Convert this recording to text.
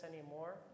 anymore